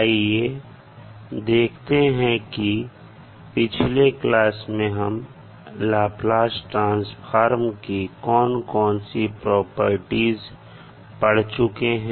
आइए देखते हैं कि पिछले क्लास में हम लाप्लास ट्रांसफॉर्म की कौन कौन सी प्रॉपर्टीज पढ़ चुके हैं